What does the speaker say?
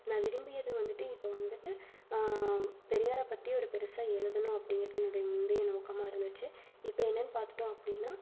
நான் விரும்பியது வந்துட்டு இப்போது வந்துட்டு பெரியாரை பற்றி ஒரு பெருசாக எழுதணும் அப்படிங்கிறது என்னுடைய முந்தைய நோக்கமாக இருந்துச்சு இப்போ என்னென்னு பார்த்துட்டோ அப்படின்னா